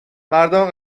مردم